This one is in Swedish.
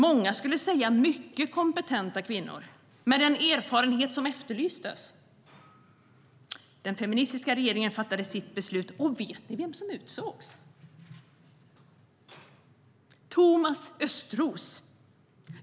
Många skulle säga att de var mycket kompetenta kvinnor med den erfarenhet som efterlystes. Den feministiska regeringen fattade sitt beslut, och vet ni vem som utsågs? Thomas Östros.